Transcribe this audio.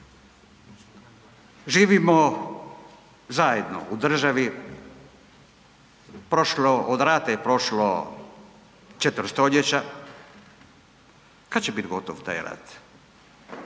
Živimo zajedno u državi, od rata je prošlo četvrt stoljeća. Kada će biti gotov taj rat?